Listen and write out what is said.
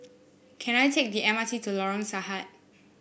can I take the M R T to Lorong Sarhad